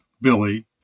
Billy